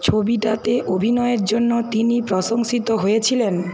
ছবিটাতে অভিনয়ের জন্য তিনি প্রশংসিত হয়েছিলেন